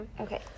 okay